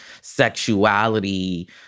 sexuality